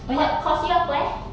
cou~ course you apa eh